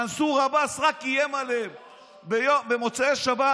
מנסור עבאס רק איים עליהם במוצאי שבת,